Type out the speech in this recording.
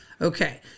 Okay